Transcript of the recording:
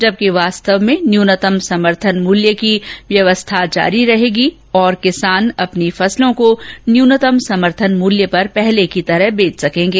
जबकि वास्तव में न्यूनतम समर्थन मूल्य की व्यवस्था जारी रहेगी और किसान अपनी फसलों को न्यूनतम समर्थन मूल्य पर बेच सकेंगे